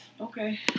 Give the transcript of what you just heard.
Okay